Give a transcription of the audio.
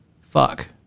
fuck